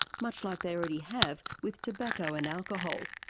much like they already have with tobacco and alcohol.